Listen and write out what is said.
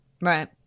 Right